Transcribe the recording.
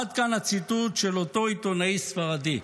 עד כאן הציטוט של אותו עיתונאי ספרדי.